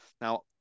Now